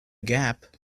gap